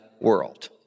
world